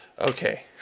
Okay